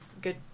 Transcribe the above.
good